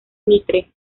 mitre